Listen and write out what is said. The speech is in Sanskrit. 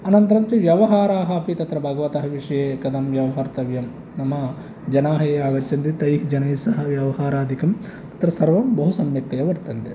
अनन्तरं तु व्यवहाराः अपि तत्र भगवतः विषये कथं व्यवहर्तव्यं नाम जनाः ये आगच्छन्ति तैः जनैः सह व्यवहारादिकं तत्र सर्वं बहु सम्यक्तया वर्तन्ते